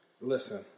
Listen